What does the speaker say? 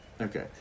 Okay